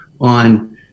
on